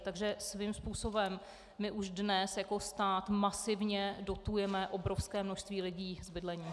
Takže svým způsobem my už dnes jako stát masivně dotujeme obrovské množství lidí v bydlení.